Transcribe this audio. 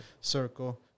circle